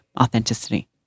authenticity